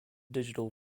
digital